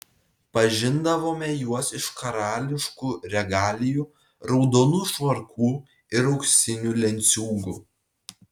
pažindavome juos iš karališkų regalijų raudonų švarkų ir auksinių lenciūgų